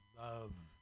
love